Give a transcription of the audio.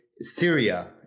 Syria